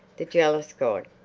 the jealous god,